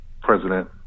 President